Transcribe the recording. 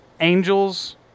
Angels